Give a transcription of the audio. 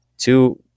two